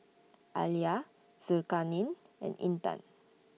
Alya Zulkarnain and Intan